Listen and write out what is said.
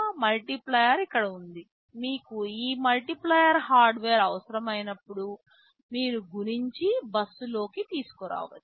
multiplier ఇక్కడ ఉంది మీకు ఈ మల్టిప్లైయెర్ హార్డ్వేర్ అవసరమైనప్పుడు మీరు గుణించి బస్సులోకి తీసుకురావచ్చు